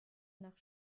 nach